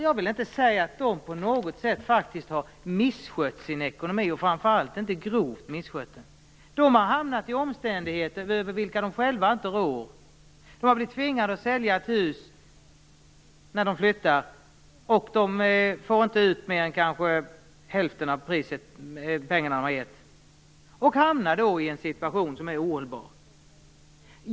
Jag vill inte säga att de personerna på något sätt har misskött sin ekonomi, och framför allt inte grovt misskött den. De har hamnat i omständigheter över vilka de själva inte råder. De har blivit tvingade att sälja ett hus när de flyttade, och de fick inte ut mer än kanske hälften av vad de gett för det och hamnade då i en situation som var ohållbar.